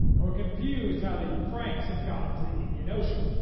and were confused how the franks had gotten to the indian ocean,